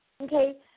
Okay